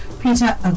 Peter